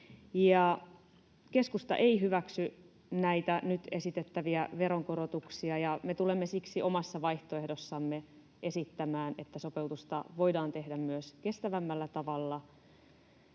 Keskusta ei hyväksy näitä nyt esitettäviä veronkorotuksia, ja me tulemme siksi omassa vaihtoehdossamme esittämään, että sopeutusta voidaan tehdä myös kestävämmällä tavalla.